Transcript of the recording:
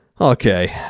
Okay